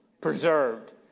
Preserved